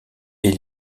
est